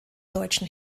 deutschen